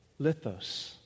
lithos